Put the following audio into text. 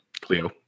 cleo